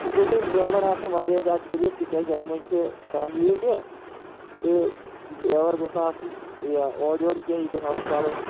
تہٕ بیٚیہِ گژھِ ڈرٛایوَر آسُن واریاہ زیادٕ شٔریٖف تِکیازِ یَتھ منٛز چھِ فیملی مےٚ تہٕ ڈرٛایوَر گوٚژھ نہٕ آسُن یہِ اورٕ یورٕ کینٛہہ یہِ گوٚژھ آسُن بَڈٕ